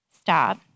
stop